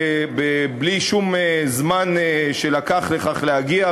בלי שלקח שום זמן לכך להגיע,